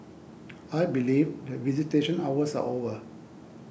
I believe that visitation hours are over